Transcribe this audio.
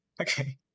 okay